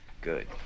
Good